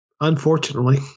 Unfortunately